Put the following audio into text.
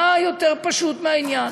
מה יותר פשוט מהעניין?